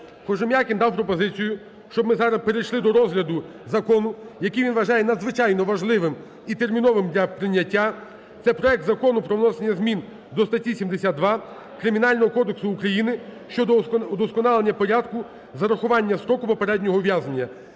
Кожем'якін дав пропозицію, щоб ми зараз перейшли до розгляду закону, який він вважає надзвичайно важливим і терміновим для прийняття – це проект Закону про внесення змін до статті 72 Кримінального кодексу України щодо удосконалення порядку зарахування строку попереднього ув'язнення.